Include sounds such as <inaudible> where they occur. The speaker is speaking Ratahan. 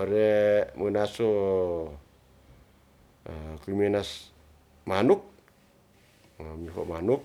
Ore munaso <hesitation> kumenas manuk mamiho manuk